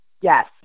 yes